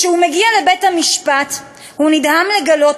כשהוא מגיע לבית-המשפט הוא נדהם לגלות